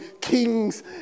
kings